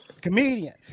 comedian